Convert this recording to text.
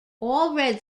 allred